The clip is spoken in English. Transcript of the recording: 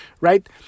Right